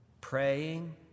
praying